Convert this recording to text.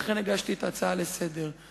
לכן הגשתי את ההצעה לסדר-היום.